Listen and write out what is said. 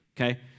okay